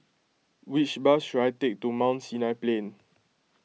which bus should I take to Mount Sinai Plain